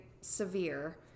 severe